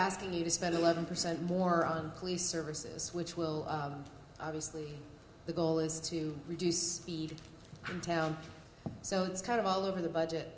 asking you to spend eleven percent more on police services which will obviously the goal is to reduce speed in town so it's kind of all over the budget